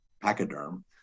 pachyderm